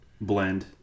blend